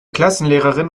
klassenlehrerin